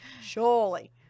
Surely